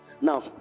Now